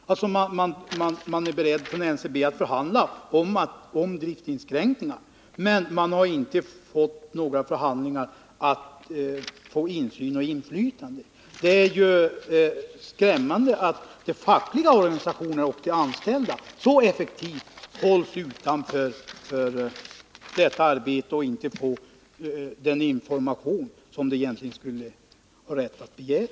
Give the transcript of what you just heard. I NCB är man beredd att förhandla om driftinskränkningar men inte om insyn och inflytande för de anställda! Det är skrämmande att de fackliga organisationerna och de anställda så effektivt hålls utanför detta arbete och att de inte får den information som de har rätt att begära.